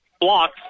blocks